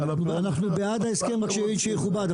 אנחנו בעד ההסכם שיהיה שיכובד,